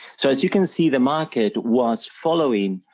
so as you can see the market was following,